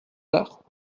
l’heure